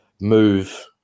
move